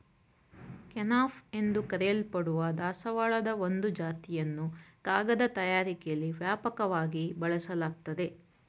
kenaf ಎಂದು ಕರೆಯಲ್ಪಡುವ ದಾಸವಾಳದ ಒಂದು ಜಾತಿಯನ್ನು ಕಾಗದ ತಯಾರಿಕೆಲಿ ವ್ಯಾಪಕವಾಗಿ ಬಳಸಲಾಗ್ತದೆ